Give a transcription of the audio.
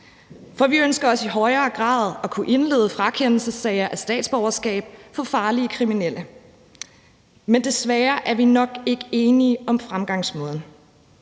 for vi ønsker også i højere grad at kunne indlede frakendelsessager i forhold til statsborgerskab for farlige kriminelle. Men desværre er vi nok ikke enige om fremgangsmåden.